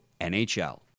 NHL